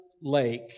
lake